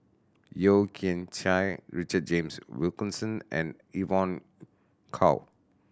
Yeo Kian Chye Richard James Wilkinson and Evon Kow